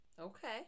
Okay